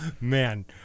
man